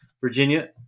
Virginia